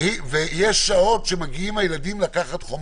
יש שעות שמגיעים הילדים לקחת חומרים,